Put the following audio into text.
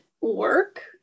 work